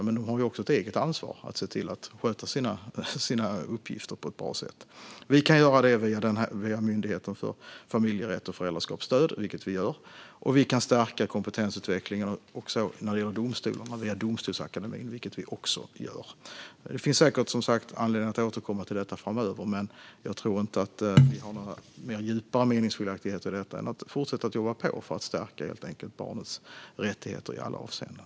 Men de har också ett eget ansvar att sköta sina uppgifter på ett bra sätt. Vi kan göra detta via Myndigheten för familjerätt och föräldraskapsstöd, vilket vi gör, och vi kan stärka kompetensutvecklingen när det gäller domstolarna via Domstolsakademin, vilket vi också gör. Som sagt finns det säkert anledning att återkomma till detta framöver, men jag tror inte att vi har några djupare meningsskiljaktigheter. Vi fortsätter helt enkelt att jobba på för att stärka barns rättigheter i alla avseenden.